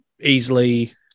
easily